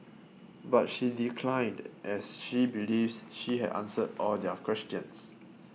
but she declined as she believes she had answered all their questions